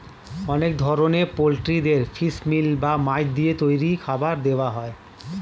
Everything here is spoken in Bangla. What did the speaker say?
অনেক ধরনের পোল্ট্রিদের ফিশ মিল বা মাছ দিয়ে তৈরি খাবার দেওয়া হয়